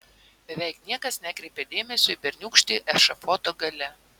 beveik niekas nekreipė dėmesio į berniūkštį ešafoto gale